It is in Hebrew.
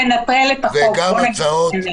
נותנים אפשרות לומר הצעה לסדר?